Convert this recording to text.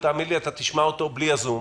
ותאמין לי שאתה תשמע אותו בלי הזום,